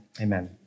Amen